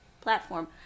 platform